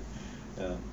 err